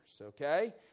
okay